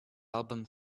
album